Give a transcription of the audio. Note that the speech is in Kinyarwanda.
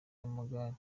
y’amagare